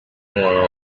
umuntu